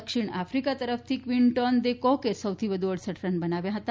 દક્ષિણ આફિકા તરફથી Quinton de કોકે સૌથી વધુ અડસઠ રન બનાવ્યા ફતા